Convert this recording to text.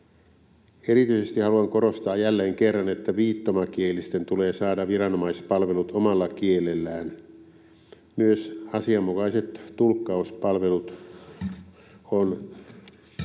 Erityisesti haluan korostaa jälleen kerran, että viittomakielisten tulee saada viranomaispalvelut omalla kielellään. Myös asianmukaiset tulkkauspalvelut on turvattava,